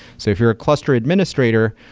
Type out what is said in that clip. so if you're a cluster administrator,